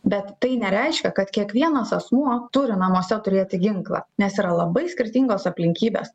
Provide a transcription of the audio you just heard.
bet tai nereiškia kad kiekvienas asmuo turi namuose turėti ginklą nes yra labai skirtingos aplinkybės